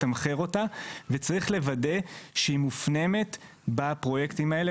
לתמחר אותה וצריך לוודא שהיא מופנמת בפרויקטים האלה,